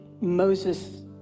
Moses